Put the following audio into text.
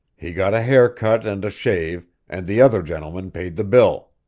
he got a hair cut and a shave, and the other gentleman paid the bill.